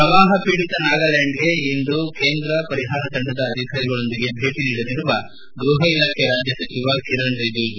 ಪ್ರವಾಹ ಪೀಡಿತ ನಾಗಾಲ್ಲಾಂಡ್ಗೆ ಇಂದು ಕೇಂದ್ರ ಪರಿಹಾರ ತಂಡದ ಅಧಿಕಾರಿಗಳೊಂದಿಗೆ ಭೇಟ ನೀಡಲಿರುವ ಗ್ಬಹ ಇಲಾಖೆ ರಾಜ್ಯ ಸಚಿವ ಕಿರಣ್ ರಿಜಿಜು